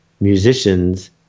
musicians –